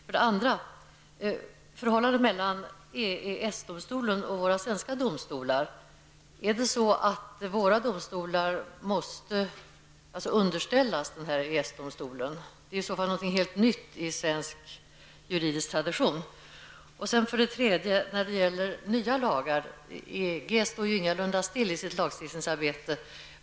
För det andra har vi förhållandet mellan EES domstolen och våra svenska domstolar. Måste våra domstolar underställas EES-domstolen? Det är i så fall något helt nytt i svensk juridisk tradition. För det tredje har vi de nya lagarna. EG står ju ingalunda still i sitt lagstiftningsarbete.